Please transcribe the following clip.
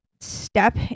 step